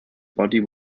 body